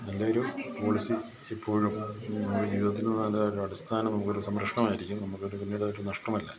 നല്ലയൊരു പോളിസി എപ്പോഴും നമ്മുടെ ജീവിതത്തിന് നല്ല ഒരു അടിസ്ഥാനം നമുക്കൊരു സംരക്ഷണമായിരിക്കും നമുക്കൊരു പിന്നീട് അതൊരു നഷ്ടമല്ല